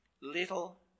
little